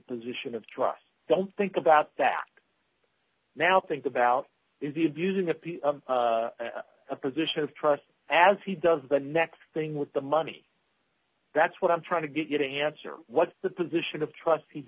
position of trust don't think about that now think about indeed using a position of trust as he does the next thing with the money that's what i'm trying to get you to answer what the position of trust he's